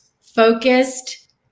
focused